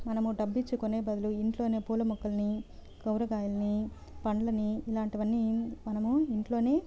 మనము డబ్బు ఇచ్చి కొనే బదులు ఇంట్లోనే పూలమొక్కలని కూరగాయలని పండ్లనీ ఇలాంటివన్నీ మనము ఇంట్లో